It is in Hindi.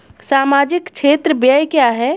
सामाजिक क्षेत्र व्यय क्या है?